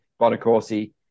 Bonacorsi